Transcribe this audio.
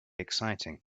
exciting